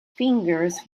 fingers